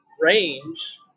range